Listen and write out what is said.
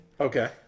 Okay